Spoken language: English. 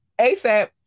ASAP